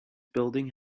building